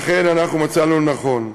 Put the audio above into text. לכן אנחנו מצאנו לנכון,